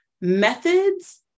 methods